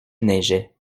neigeait